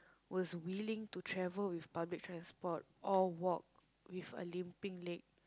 was willing to travel with public transport or walk with a limping leg